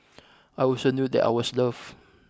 I also knew that I was loved